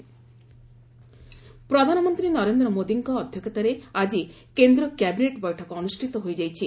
cabinet meeting ପ୍ରଧାନମନ୍ତ୍ରୀ ନରେନ୍ଦ୍ର ମୋଦିଙ୍କ ଅଧ୍ୟକ୍ଷତାରେ ଆଜି କେନ୍ଦ୍ର କ୍ୟାବିନେଟ୍ ବୈଠକ ଅନୁଷ୍ଠିତ ହୋଇଯାଇଛି